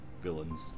villains